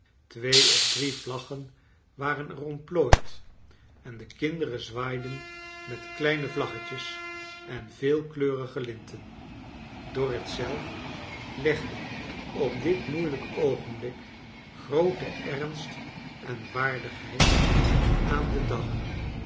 twee of drie vlaggen waren er ontplooid en de kinderen zwaaiden met kleine vlaggetjes en veelkleurige linten dorrit zelf legde op dit moeilijk oogenblik grooten ernst en waardigheid aan den dag